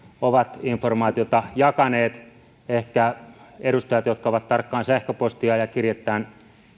ovat informaatiota jakaneet ehkä edustajat jotka ovat tarkkaan sähköpostiaan ja kirjeitään